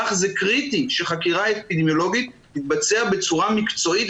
כך זה קריטי שחקירה אפידמיולוגית תתבצע בצורה מקצועית,